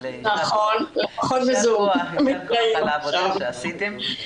אבל יישר כוח על העבודה שעשיתם.